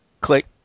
click